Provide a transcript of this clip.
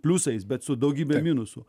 pliusais bet su daugybe minusų